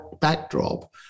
backdrop